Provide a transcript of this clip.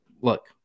Look